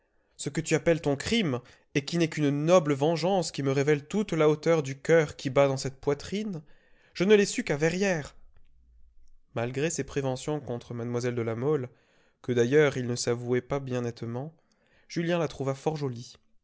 ce que tu appelles ton crime et qui n'est qu'une noble vengeance qui me révèle toute la hauteur du coeur qui bat dans cette poitrine je ne l'ai su qu'à verrières malgré ses préventions contre mlle de la mole que d'ailleurs il ne s'avouait pas bien nettement julien la trouva fort jolie